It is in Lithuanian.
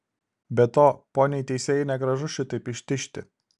be to poniai teisėjai negražu šitaip ištižti